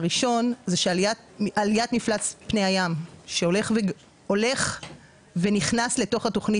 הראשון עליית מפלס פני הים שהולך ונכנס לתוך התוכנית.